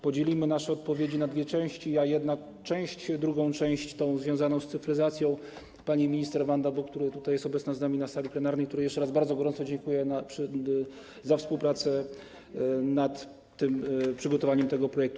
Podzielimy nasze odpowiedzi na dwie części: ja - jedna część, druga część, ta związana z cyfryzacją - pani minister Wanda Buk, która jest obecna z nami na sali plenarnej i której jeszcze raz bardzo gorąco dziękuję za współpracę przy przygotowaniu tego projektu.